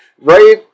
right